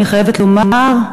אני חייבת לומר,